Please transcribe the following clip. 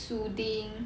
soothing